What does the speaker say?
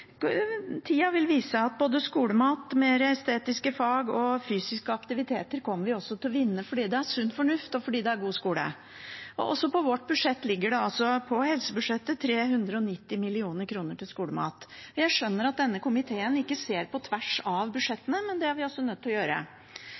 vil tida vise at både skolemat, mer av estetiske fag og fysiske aktiviteter kommer vi også til å vinne fram med, fordi det er sunn fornuft, og fordi det er god skole. Også på vårt budsjett ligger det på helsebudsjettet 390 mill. kr til skolemat. Jeg skjønner at denne komiteen ikke ser på tvers av